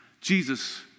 Jesus